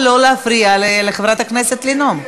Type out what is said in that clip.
ולא להפריע לחברת הכנסת לנאום.